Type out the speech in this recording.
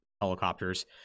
helicopters